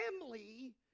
family